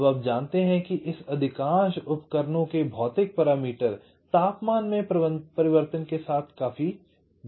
अब आप जानते हैं कि इस अधिकांश उपकरणों के भौतिक पैरामीटर तापमान में परिवर्तन के साथ काफी बदलते हैं